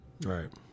Right